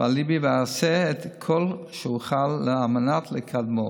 ועל ליבי ואעשה את כל שאוכל על מנת לקדמו.